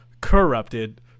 corrupted